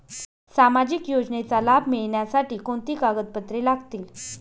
सामाजिक योजनेचा लाभ मिळण्यासाठी कोणती कागदपत्रे लागतील?